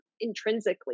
intrinsically